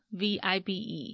,vibe